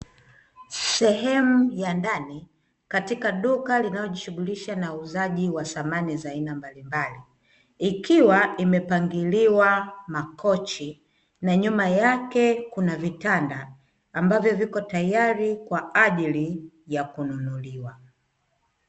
Sehemu ya ndani katika duka linalojishughulisha na uuzaji wa samani za aina mbalimbali. Ikiwa imepangiliwa makochi na nyuma yake kuna vitanda ambavyo viko tayari kwa ajili ya kununuliwa.